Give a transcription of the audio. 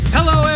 Hello